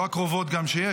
לא הקרובות שיש.